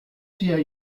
vier